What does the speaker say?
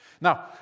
Now